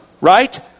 Right